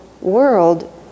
world